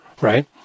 right